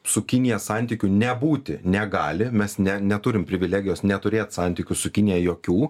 su kinija santykių nebūti negali mes ne neturime privilegijos neturėt santykių su kinija jokių